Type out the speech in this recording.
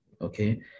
Okay